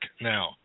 now